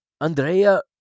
Andrea